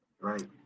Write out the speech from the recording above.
Right